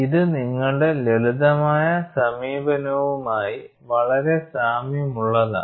ഇത് നിങ്ങളുടെ ലളിതമായ സമീപനവുമായി വളരെ സാമ്യമുള്ളതാണ്